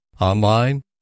Online